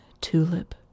tulip